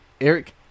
Eric